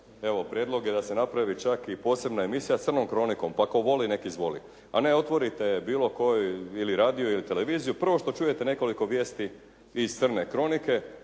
evo prijedlog je da se napravi čak i posebna emisija s crnom kronikom. Pa tko voli nek izvoli. A ne, otvorite bilo koji ili radio ili televiziju prvo što čujete nekoliko vijesti iz crne kronike.